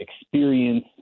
experience